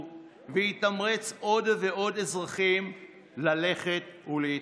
ויתמרץ עוד ועוד אזרחים ללכת ולהתחסן.